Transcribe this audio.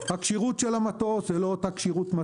הכשירות של המטוס היא לא אותה כשירות.